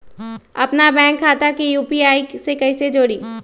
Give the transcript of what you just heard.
अपना बैंक खाता के यू.पी.आई से कईसे जोड़ी?